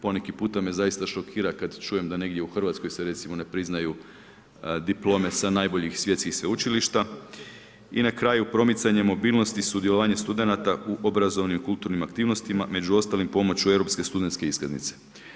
Poneki puta me zaista šokira kada čujem da negdje u Hrvatskoj se recimo ne priznaju diplome sa najboljih svjetskih sveučilišta i na kraju promicanje mobilnosti i sudjelovanje studenata u obrazovnim i kulturnim aktivnostima, među ostalim pomoć u europske studentske iskaznice.